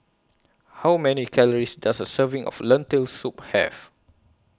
How Many Calories Does A Serving of Lentil Soup Have